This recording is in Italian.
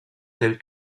del